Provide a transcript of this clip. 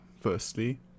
firstly